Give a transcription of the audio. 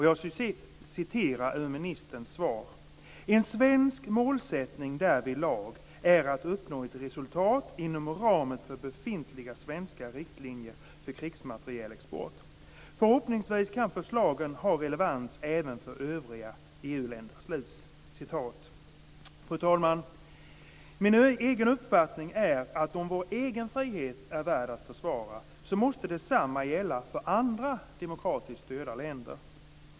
Jag citerar ur ministerns svar: "En svensk målsättning därvidlag är att uppnå ett resultat inom ramen för befintliga svenska riktlinjer för krigsmaterielexport. Förhoppningsvis kan förslagen ha relevans även för övriga EU-länder." Fru talman! Min egen uppfattning är att om vår egen frihet är värd att försvara måste detsamma gälla för andra demokratiskt styrda länder.